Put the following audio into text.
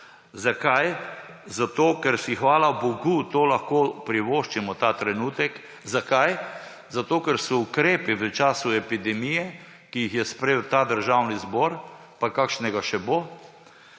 Zakaj? Ker si, hvala bogu, to lahko privoščimo ta trenutek. Zakaj? Zato, ker so ukrepi v času epidemije, ki jih je sprejel Državni zbor, pa kakšnega še bo,